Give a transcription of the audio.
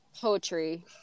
poetry